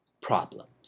problems